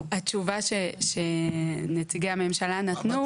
התשובה שנציגי הממשלה נתנו,